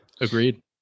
Agreed